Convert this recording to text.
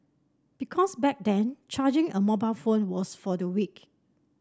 because back then charging a mobile phone was for the weak